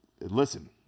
listen